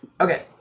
Okay